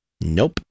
nope